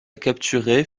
capturer